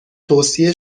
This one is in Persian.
توصیه